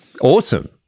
awesome